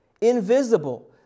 invisible